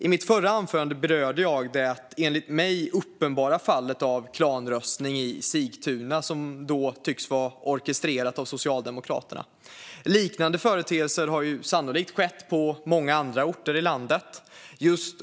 I mitt förra anförande berörde jag det enligt mig uppenbara fallet av klanröstning i Sigtuna, som tycks vara orkestrerat av Socialdemokraterna. Liknande företeelser har sannolikt skett på många andra orter i landet.